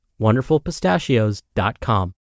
wonderfulpistachios.com